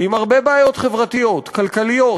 עם הרבה בעיות חברתיות, כלכליות,